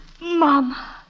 Mama